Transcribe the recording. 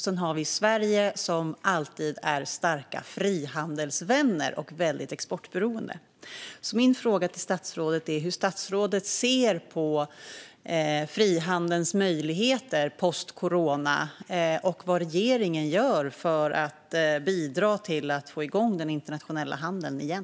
Sedan har vi Sverige, som alltid är en stark frihandelsvän och som är väldigt exportberoende. Min fråga till statsrådet är hur statsrådet ser på frihandelns möjligheter postcorona och vad regeringen gör för att bidra till att få igång den internationella handeln igen.